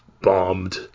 bombed